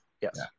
Yes